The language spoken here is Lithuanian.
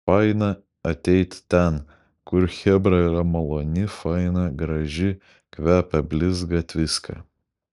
faina ateiti ten kur chebra yra maloni faina graži kvepia blizga tviska